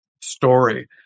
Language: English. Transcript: story